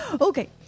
okay